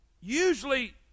Usually